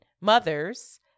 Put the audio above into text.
mothers